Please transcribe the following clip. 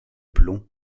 plomb